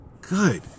Good